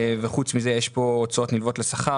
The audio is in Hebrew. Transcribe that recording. וחוץ מזה יש פה הוצאות נלוות לשכר,